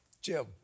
Jim